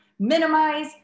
Minimize